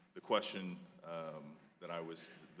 the question that i was,